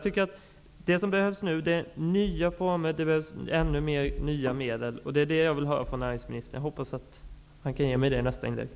Det som nu behövs är nya former och ännu mer nya medel. Det är det jag vill ha från näringsministern. Jag hoppas att han kan ge mig besked i nästa inlägg.